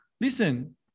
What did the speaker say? listen